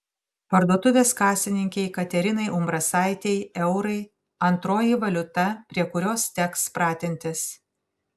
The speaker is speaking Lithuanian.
parduotuvės kasininkei katerinai umbrasaitei eurai antroji valiuta prie kurios teks pratintis